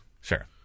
Sure